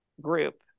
group